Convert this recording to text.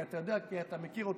כי אתה מכיר אותם.